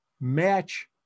match